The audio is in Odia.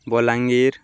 ବଲାଙ୍ଗୀର